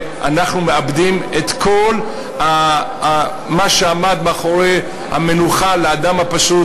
אנחנו מאבדים את כל מה שעמד מאחורי רעיון המנוחה לאדם הפשוט,